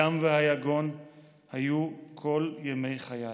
הדם והיגון היו כל ימי חיי.